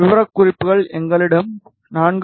விவரக்குறிப்புகள் எங்களிடம் 4